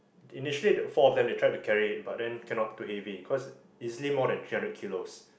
initially the four of them they tried to carry it but then cannot too heavy cause easily more than three hundred kilos